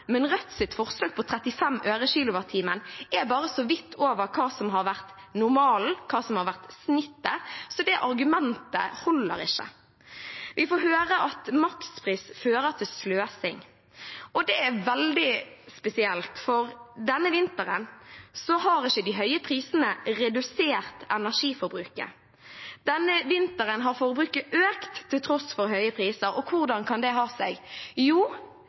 men Rødts forslag på 35 øre/kWh er bare så vidt over hva som har vært normalen, hva som har vært snittet. Så det argumentet holder ikke. Vi får høre at makspris fører til sløsing, og det er veldig spesielt, for denne vinteren har ikke de høye prisene redusert energiforbruket – denne vinteren har forbruket økt, til tross for høye priser. Og hvordan kan det ha seg? Jo,